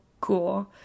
cool